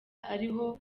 ariho